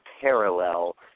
parallel